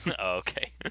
Okay